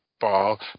ball